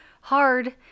Hard